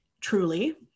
truly